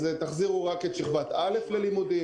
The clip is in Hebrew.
"תחזירו רק את שכבת א' ללימודים,